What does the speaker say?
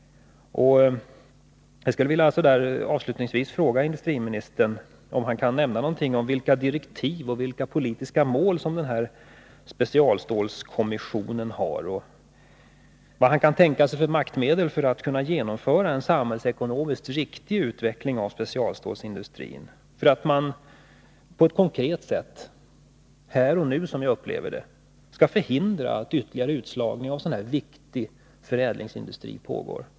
Jag skulle därför avslutningsvis vilja fråga industriministern om han kan nämna någonting om vilka direktiv och vilka politiska mål som specialstålskommissionen har och vad han kan tänka sig för maktmedel för att genomföra en samhällsekonomiskt riktig utveckling av specialstålsindustrin och för att på ett konkret sätt, här och nu, förhindra att ytterligare utslagning av viktig förädlingsindustri äger rum.